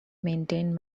maintained